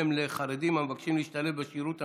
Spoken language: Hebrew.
לחרדים המבקשים להשתלב בשירות המדינה,